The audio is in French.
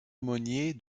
aumônier